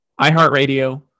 iHeartRadio